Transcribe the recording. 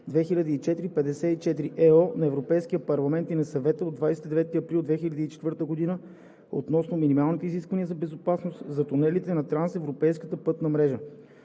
2004/54/ЕО на Европейския парламент и на Съвета от 29 април 2004 г. относно минималните изисквания за безопасност за тунелите на трансевропейската пътна мрежа.